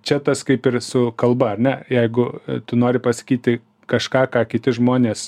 čia tas kaip ir su kalba ar ne jeigu tu nori pasakyti kažką ką kiti žmonės